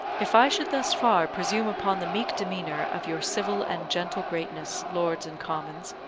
if i should thus far presume upon the meek demeanour of your civil and gentle greatness, lords and commons,